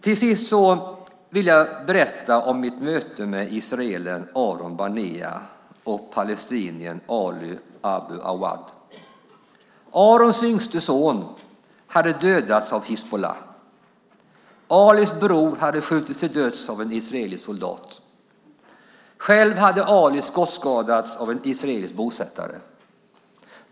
Till sist vill jag berätta om mitt möte med israelen Aaron Barnea och palestiniern Ali Abu Awwad. Aarons yngste son hade dödats av hizbullah. Alis bror hade skjutits till döds av en israelisk soldat. Själv hade Ali skottskadats av en israelisk bosättare.